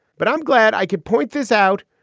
but i'm glad i could point this out.